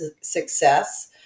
success